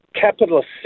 capitalist